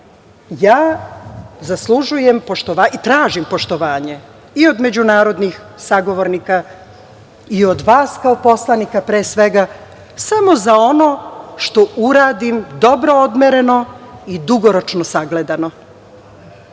Ja zaslužujem i tražim poštovanje i od međunarodnih sagovornika i od vas kao poslanika pre svega samo za ono što uradim dobro odmereno i dugoročno sagledano.